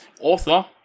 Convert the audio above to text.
author